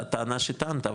הטענה שטענת,